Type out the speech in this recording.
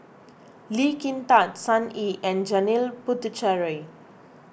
Lee Kin Tat Sun Yee and Janil Puthucheary